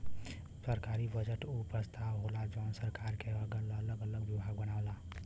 सरकारी बजट उ प्रस्ताव होला जौन सरकार क अगल अलग विभाग बनावला